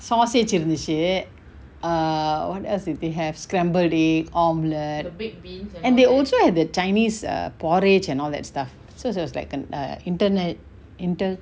sausage இருந்துச்சு:irunthuchu err what else did they have scrambled egg omelette and they also have the chinese err porridge and all that stuff so it was like an err internat~ inter~